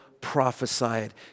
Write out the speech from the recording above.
prophesied